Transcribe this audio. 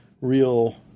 real